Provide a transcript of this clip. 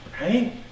right